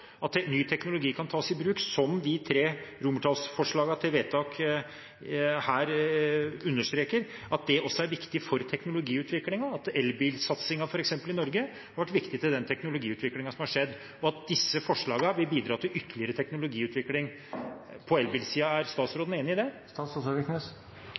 at ny teknologi kan tas i bruk, som de tre romertallsforslagene til vedtak her understreker, også er viktig for teknologiutviklingen – at f.eks. elbilsatsingen i Norge har vært viktig for den teknologiutviklingen som har skjedd – og at disse forslagene vil bidra til ytterligere teknologiutvikling på elbilsiden. Er